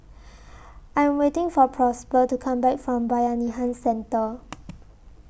I Am waiting For Prosper to Come Back from Bayanihan Centre